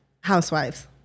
Housewives